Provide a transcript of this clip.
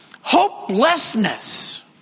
Hopelessness